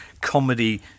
comedy